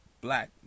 black